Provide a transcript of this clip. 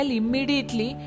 immediately